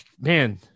man